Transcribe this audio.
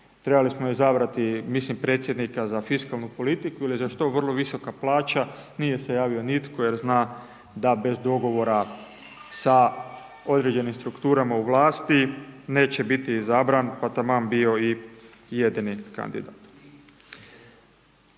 trebali smo izabrati, mislim predsjednika za fiskalnu politiku, ili za što je vrlo visoka plaća, nije se javio nitko, jer zna da bez dogovora sa određenim strukturama u vlasti neće biti izabra, pa taman bio i jedini kandidat.